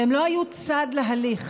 והם לא היו צד להליך.